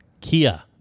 Kia